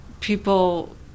People